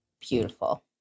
Beautiful